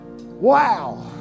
Wow